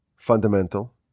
fundamental